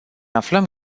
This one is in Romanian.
aflăm